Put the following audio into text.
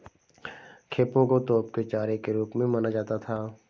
खेपों को तोप के चारे के रूप में माना जाता था